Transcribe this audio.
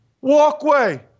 walkway